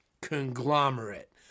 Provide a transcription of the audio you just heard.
Conglomerate